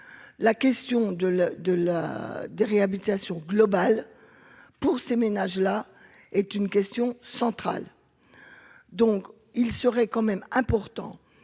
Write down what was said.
la de la de réhabilitation globale pour ces ménages là est une question centrale, donc il serait quand même important